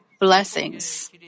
blessings